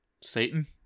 satan